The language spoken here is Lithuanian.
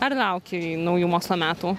ar lauki naujų mokslo metų